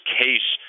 case